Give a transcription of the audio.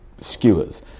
skewers